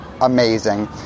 amazing